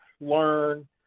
learn